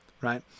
right